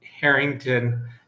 Harrington